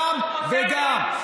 גם וגם.